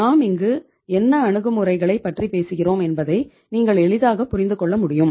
நாம் இங்கு என்ன அணுகுமுறைகளைப் பற்றி பேசுகிறோம் என்பதை நீங்கள் எளிதாக புரிந்து கொள்ள முடியும்